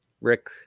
Rick